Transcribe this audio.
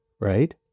right